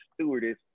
stewardess